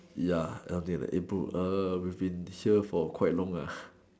ya I'm dead man eh bro err we have been here for quite long ah